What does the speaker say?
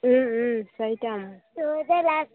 চাৰিটাই